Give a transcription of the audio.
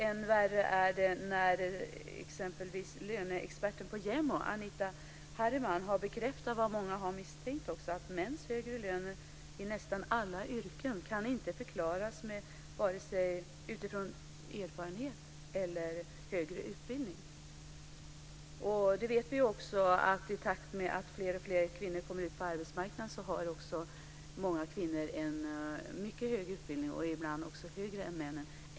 Än värre är det när exempelvis löneexperten på JämO, Anita Harriman, bekräftar vad många har misstänkt, nämligen att mäns högre löner i nästan alla yrken inte kan förklaras utifrån vare sig erfarenhet eller högre utbildning. Vi vet också att i takt med att fler och fler kvinnor kommer ut på arbetsmarknaden har många kvinnor en mycket hög utbildning, ibland högre än männen.